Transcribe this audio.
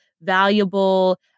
valuable